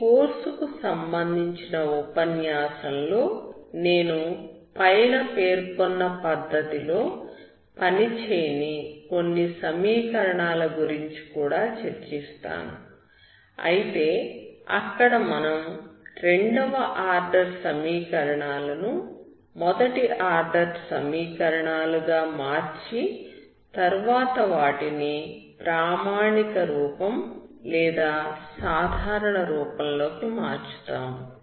ఈ కోర్సుకు సంబంధించిన ఉపన్యాసంలో నేను పైన పేర్కొన్న పద్ధతిలో పనిచేయని కొన్ని సమీకరణాల గురించి కూడా చర్చిస్తాను అయితే అక్కడ మనం రెండవ ఆర్డర్ సమీకరణాలను మొదటి ఆర్డర్ సమీకరణాలు గా మార్చి తర్వాత వాటిని ప్రామాణిక రూపం లేదా సాధారణ రూపంలోకి మార్చుతాము